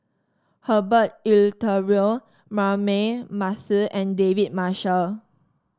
Herbert Eleuterio Braema Mathi and David Marshall